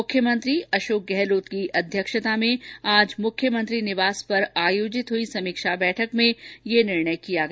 मुख्यमंत्री अशोक गहलोत की अध्यक्षता में आज मुख्यमंत्री निवास पर आयोजित हुई समीक्षा बैठक में यह निर्णय किया गया